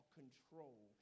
control